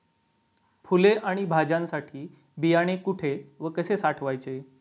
फुले आणि भाज्यांसाठी बियाणे कुठे व कसे साठवायचे?